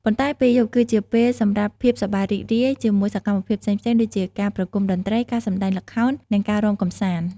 ប៉ុន្តែពេលយប់ គឺជាពេលសម្រាប់ភាពសប្បាយរីករាយជាមួយសកម្មភាពផ្សេងៗដូចជាការប្រគំតន្ត្រី ការសម្តែងល្ខោន និងការរាំកម្សាន្ត។